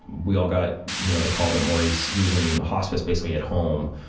we all got, you know, the call that maurice, he was in hospice basically at home.